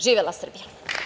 Živela Srbija.